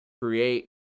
create